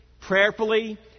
prayerfully